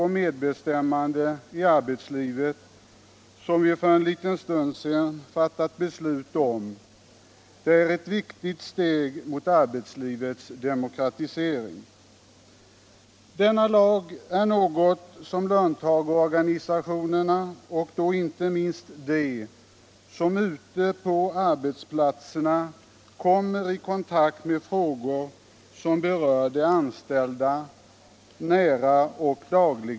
livet — som vi för en liten stund sedan fattat beslut om, är ett viktigt steg emot arbetslivets demokratisering. Denna lag är något som löntagarorganisationerna länge har väntat på, liksom de som ute på arbetsplatserna kommer i kontakt med frågor som berör de anställda.